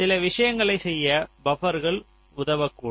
சில விஷயங்களைச் செய்ய பபர்கள் உதவக்கூடும்